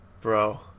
bro